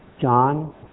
John